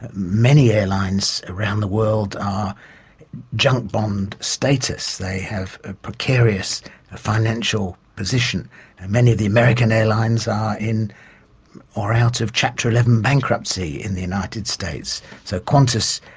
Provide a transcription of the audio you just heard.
many airlines around the world are junk bond status they have a precarious financial position. and many of the american airlines are in or out of chapter eleven bankruptcy in the united states. so qantas,